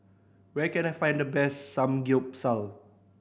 where can I find the best Samgeyopsal